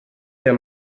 der